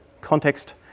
context